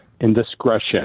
indiscretion